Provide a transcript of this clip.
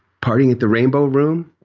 partying at the rainbow room.